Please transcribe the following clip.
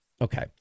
Okay